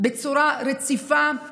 בצורה רציפה,